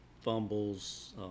fumbles